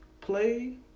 play